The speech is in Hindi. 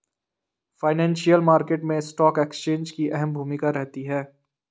फाइनेंशियल मार्केट मैं स्टॉक एक्सचेंज की अहम भूमिका रहती है